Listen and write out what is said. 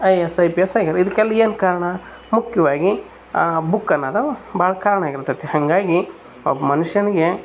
I A S I P S ಆಗ್ಯಾರ ಇದಕೆಲ್ಲ ಏನು ಕಾರಣ ಮುಖ್ಯವಾಗಿ ಬುಕ್ ಅನ್ನದವು ಭಾಳ್ ಕಾರಣ ಆಗಿರ್ತತಿ ಹಂಗಾಗಿ ಒಬ್ಬ ಮನುಷ್ಯನಿಗೆ